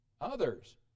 others